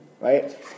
Right